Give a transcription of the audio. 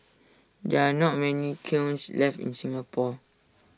there are not many kilns left in Singapore